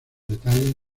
detalles